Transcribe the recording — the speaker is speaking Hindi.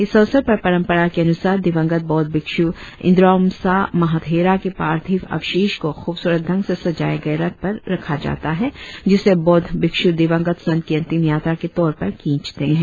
इस अवसर पर परंपरा के अनुसार दिवंगत बौद्ध भिक्षु इंद्रावमसा महाथेरा के पार्थिव अवशेष को खुबसुरत ढंग से सजाये गए रथ पर रखा जाता है जिसे बौद्ध भिक्षु दिवंगत संत की अंतिम यात्रा के तौर पर खींचते है